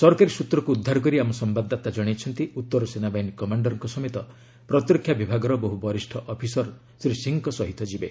ସରକାରୀ ସୂତ୍ରକୁ ଉଦ୍ଧାର କରି ଆମ ସମ୍ଭାଦଦାତା ଜଣାଇଛନ୍ତି ଉତ୍ତର ସେନାବାହିନୀ କମାଣ୍ଡରଙ୍କ ସମେତ ପ୍ରତିରକ୍ଷା ବିଭାଗର ବହୁ ବରିଷ୍ଠ ଅଫିସର ଶ୍ରୀ ସିଂହଙ୍କ ସହ ଯିବେ